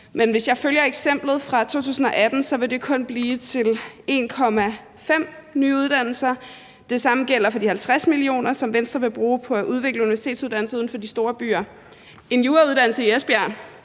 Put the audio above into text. men hvis jeg følger eksemplet fra 2018, vil det kun blive til 1,5 nye uddannelser. Noget tilsvarende gælder for de 50 mio. kr., som Venstre vil bruge på at udvikle universitetsuddannelserne uden for de store byer. En jurauddannelse i Esbjerg,